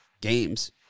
games